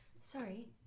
sorry